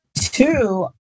Two